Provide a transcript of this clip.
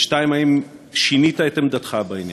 2. האם שינית את עמדתך בעניין?